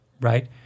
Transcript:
right